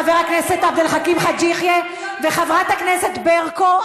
חבר הכנסת עבד אל חכים חאג' יחיא וחברת הכנסת ברקו,